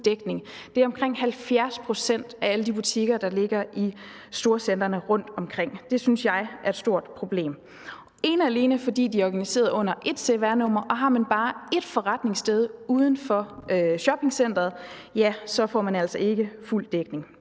Det er omkring 70 pct. af alle de butikker, der ligger i storcentrene rundtomkring. Det synes jeg er et stort problem. Det er ene og alene, fordi de er organiseret under ét cvr-nummer, og har man bare ét forretningssted uden for shoppingcenteret, får man altså ikke fuld dækning.